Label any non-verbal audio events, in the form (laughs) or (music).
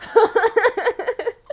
(laughs)